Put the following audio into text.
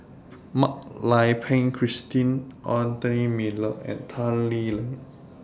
Mak Lai Peng Christine Anthony Miller and Tan Lee Leng